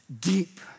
deep